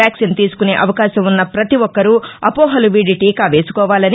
vaccine తీసుకునే అవకాశం ఉన్న పతి ఒక్కరూ అపోహలు వీడి టీకా వేసుకోవాలని